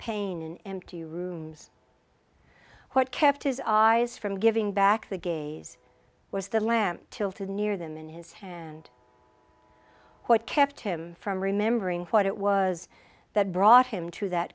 an empty rooms what kept his eyes from giving back to gaze was the lamp tilted near them in his hand what kept him from remembering what it was that brought him to that